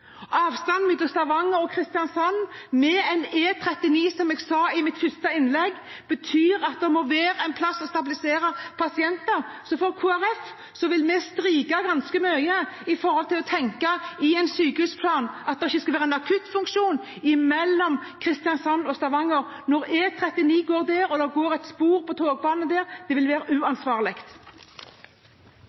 Avstanden mellom Stavanger og Kristiansand med E39 tilsier, som jeg sa i mitt første innlegg, at det må være en plass å stabilisere pasienter. Så Kristelig Folkeparti vil stryke ganske mye i forhold til å tenke at det i en sykehusplan ikke skal være en akuttfunksjon mellom Kristiansand og Stavanger, når E39 går der, og det går en togbane der. Det vil